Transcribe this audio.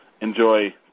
enjoy